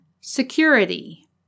security